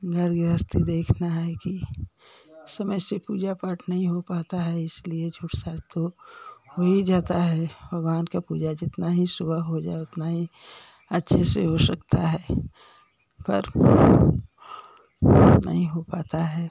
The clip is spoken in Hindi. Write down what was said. घर गृहस्थी देखना है कि समय से पूजा पाठ नहीं हो पाता है इसलिए झूठ साज तो हो ही जाता है भगवान का पूजा जितना ही सुबह हो जाए उतना ही अच्छे से हो सकता है पर नहीं हो पाता है